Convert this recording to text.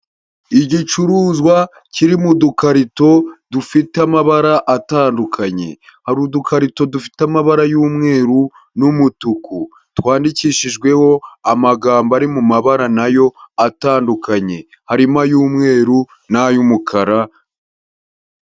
Igicuruzwa kiri mu dukarito dufite amabara atandukanye, hari udukarito dufite amabara y'umweru n'umutuku, twandikishijweho amagambo ari mu mabara na yo atandukanye, harimo ay'umweru n'ay'umukara.